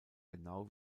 genau